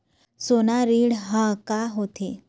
सोना ऋण हा का होते?